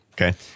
Okay